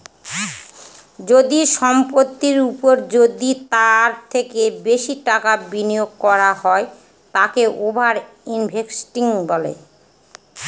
যদি সম্পত্তির ওপর যদি তার থেকে বেশি টাকা বিনিয়োগ করা হয় তাকে ওভার ইনভেস্টিং বলে